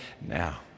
now